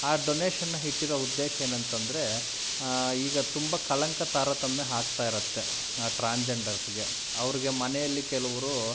ಆ ಡೊನೇಶನ್ನ ಇಟ್ಟಿರೊ ಉದ್ದೇಶ ಏನಂತಂದರೆ ಈಗ ತುಂಬ ಕಳಂಕ ತಾರತಮ್ಯ ಆಗ್ತಾಯಿರುತ್ತೆ ಆ ಟ್ರಾನ್ಜಂಡರ್ಸಿಗೆ ಅವ್ರಿಗೆ ಮನೆಯಲ್ಲಿ ಕೆಲವರು